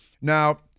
Now